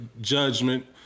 judgment